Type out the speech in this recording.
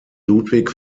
ludwig